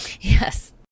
Yes